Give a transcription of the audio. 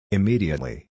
Immediately